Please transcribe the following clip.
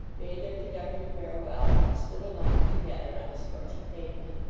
bade their conductor farewell, and stood alone, together, on the scorching pavement.